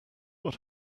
what